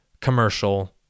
commercial